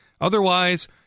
Otherwise